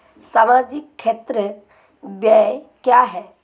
सामाजिक क्षेत्र व्यय क्या है?